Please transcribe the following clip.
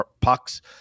pucks